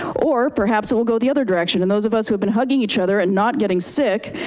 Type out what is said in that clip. or perhaps it will go the other direction. and those of us who have been hugging each other and not getting sick,